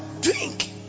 drink